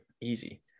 Easy